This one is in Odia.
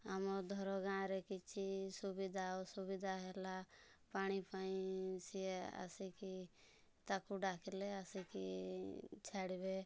ଆମ ଧର ଗାଁରେ କିଛି ସୁବିଧା ଅସୁବିଧା ହେଲା ପାଣି ପାଇଁ ସେ ଆସିକି ତାକୁ ଡାକିଲେ ଆସିକି ଛାଡ଼ିବେ